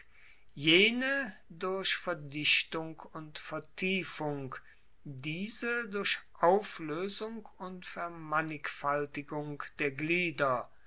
jene durch verdichtung und vertiefung diese durch aufloesung und vermannigfaltigung der glieder